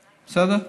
בסדר?